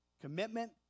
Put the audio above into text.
commitment